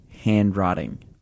handwriting